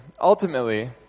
ultimately